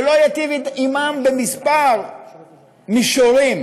שלא ייטיב עמם בכמה מישורים.